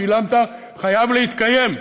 שילמת" חייב להתקיים.